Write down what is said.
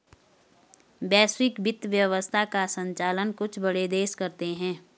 वैश्विक वित्त व्यवस्था का सञ्चालन कुछ बड़े देश करते हैं